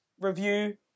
review